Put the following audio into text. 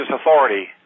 authority